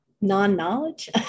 non-knowledge